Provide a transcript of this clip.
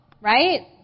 right